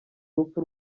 urupfu